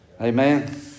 Amen